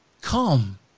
Come